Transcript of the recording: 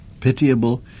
pitiable